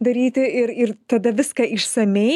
daryti ir ir tada viską išsamiai